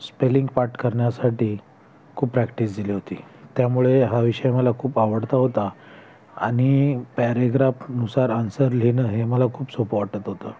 spelling पाठ करण्यासाठी खूप प्रॅक्टिस दिली होती त्यामुळे हा विषय मला खूप आवडता होता आणि पॅरेग्रापनुसार आंसर लिहिणं हे मला खूप सोपं वाटत होतं